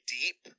deep